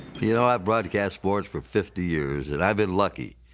you know, i've broadcast sports for fifty years, and i've been lucky.